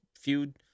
feud